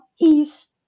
East